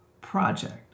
project